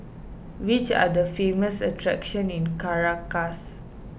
which are the famous attractions in Caracas